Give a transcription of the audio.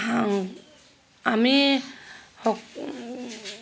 আমি